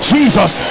Jesus